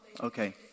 Okay